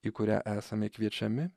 į kurią esame kviečiami